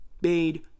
made